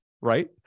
right